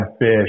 fish